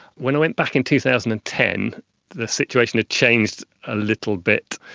when i went back in two thousand and ten the situation had changed a little bit.